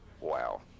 Wow